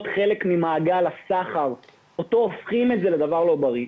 חלק ממעגל הסחר והפכים את זה לדבר לא בריא.